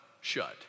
shut